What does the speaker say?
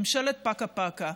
ממשלת פקה-פקה.